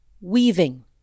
weaving